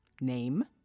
Name